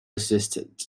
assistant